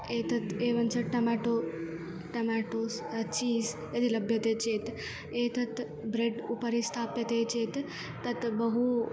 एतत् एवञ्च tomato tomatoes cheese यदि लभ्यते चेत् एतत् ब्रेड् उपरि स्थाप्यते चेत् तत् बहु